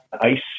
ice